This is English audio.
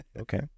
Okay